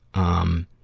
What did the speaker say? um,